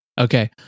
Okay